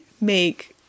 make